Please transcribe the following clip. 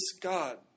God